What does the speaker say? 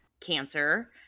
cancer